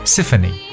Symphony